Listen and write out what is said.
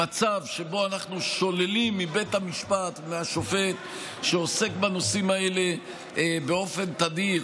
המצב שבו אנחנו שוללים מבית המשפט ומהשופט שעוסק בנושאים האלה באופן תדיר